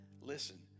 listen